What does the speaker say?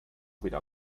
wieder